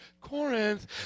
Corinth